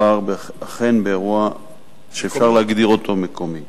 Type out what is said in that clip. אכן מדובר באירוע שאפשר להגדיר אותו מקומי.